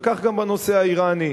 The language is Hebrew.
וכך גם בנושא האירני.